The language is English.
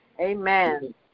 Amen